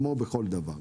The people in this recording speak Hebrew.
כמו בכל דבר.